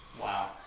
Wow